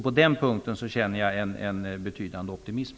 På den punkten känner jag faktiskt en betydande optimism.